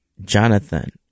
Jonathan